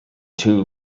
two